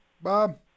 Bob